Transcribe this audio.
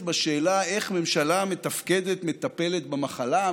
בשאלה איך ממשלה מתפקדת מטפלת במחלה,